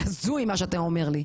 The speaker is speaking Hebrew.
זה הזוי מה שאתה אומר לי.